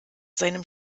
seinem